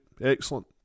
excellent